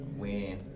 Win